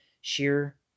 sheer